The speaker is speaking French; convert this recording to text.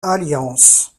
alliance